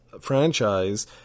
franchise